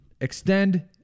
extend